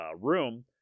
room